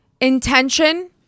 intention